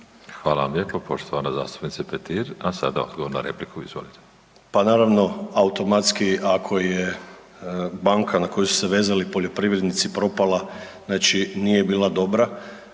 Hvala vam lijepo poštovana zastupnice Petir, a sada odgovor na repliku. Izvolite. **Jenkač, Siniša (HDZ)** Pa naravno automatski ako je banka na koju se vezali poljoprivrednici propala znači nije bila dobra,